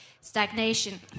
stagnation